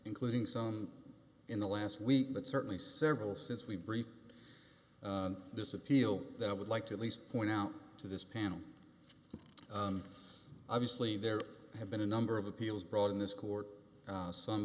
including some in the last week but certainly several since we brief this appeal that i would like to at least point out to this panel obviously there have been a number of appeals brought in this court